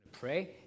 Pray